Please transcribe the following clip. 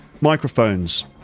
microphones